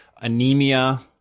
anemia